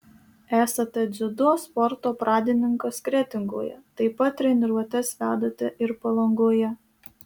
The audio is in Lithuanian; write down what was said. esate dziudo sporto pradininkas kretingoje taip pat treniruotes vedate ir palangoje